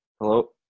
Hello